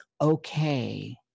okay